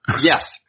Yes